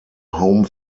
home